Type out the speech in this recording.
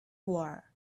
war